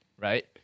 Right